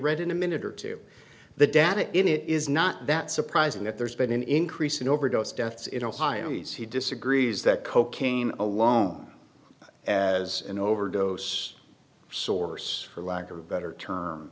read in a minute or two the data in it is not that surprising that there's been an increase in overdose deaths in ohio he disagrees that cocaine alone as an overdose source for lack of a better